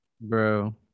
bro